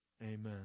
Amen